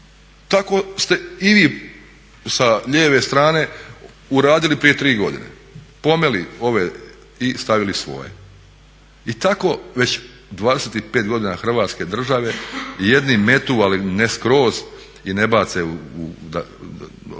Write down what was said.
Tako ste i vi sa lijeve strane uradili prije 3 godine, pomeli ove i stavili svoje i tako već 25 godina Hrvatske države, jedni metu ali ne skroz i ne bace, oprostite